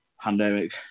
pandemic